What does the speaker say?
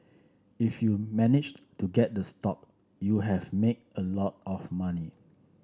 if you managed to get the stock you have made a lot of money